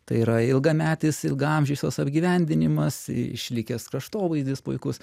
tai yra ilgametis ilgaamžis jos apgyvendinimas išlikęs kraštovaizdis puikus